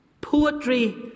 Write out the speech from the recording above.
Poetry